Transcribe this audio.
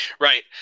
Right